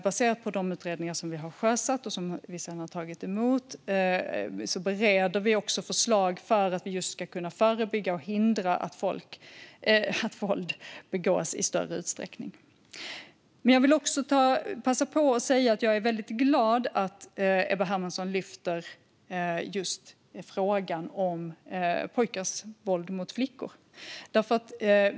Baserat på de utredningar som vi har sjösatt och som vi har tagit emot bereder vi förslag för att i större utsträckning förebygga och förhindra våld. Jag vill också passa på att säga att jag är väldigt glad över att Ebba Hermansson lyfter upp frågan om pojkars våld mot flickor.